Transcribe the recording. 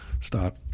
start